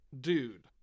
dude